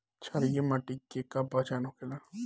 क्षारीय मिट्टी के का पहचान होखेला?